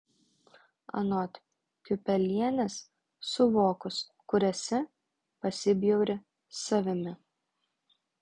anot kiupelienės suvokus kur esi pasibjauri savimi